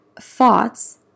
thoughts